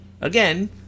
again